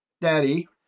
Daddy